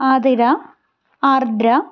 Athira Ardra